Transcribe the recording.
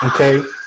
okay